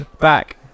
Back